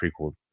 prequel